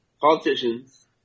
politicians